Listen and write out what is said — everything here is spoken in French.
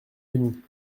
denis